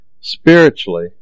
spiritually